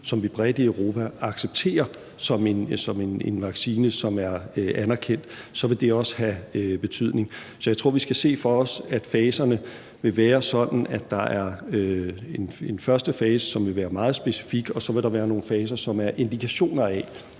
som vi bredt i Europa accepterer som en vaccine, der er anerkendt, så vil det også have betydning. Så jeg tror, at vi skal se for os, at faserne vil være sådan, at der er en første fase, som vil være meget specifik, og så vil der være nogle faser, som er indikationer af,